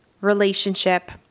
relationship